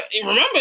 remember